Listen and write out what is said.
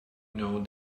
know